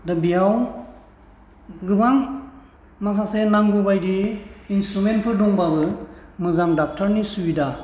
दा बेयाव गोबां माखासे नांगौ बायदि इनस्ट्रुमेन्टफोर दंबाबो मोजां डक्ट'रनि सुबिदा